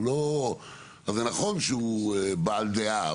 זה נכון שהוא בעל דעה,